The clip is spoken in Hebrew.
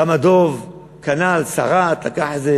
קם הדוב, כנ"ל: סרט, לקח איזה